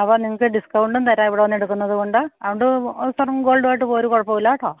അപ്പോള് നിങ്ങള്ക്ക് ഡിസ്കൗണ്ടും തരാം ഇവിടെ വന്നെടുക്കുന്നതുകൊണ്ട് അതുകൊണ്ട് സ്വർണം ഗോൾഡുമായിട്ട് പോരൂ കുഴപ്പമില്ല കെട്ടോ